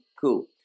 cool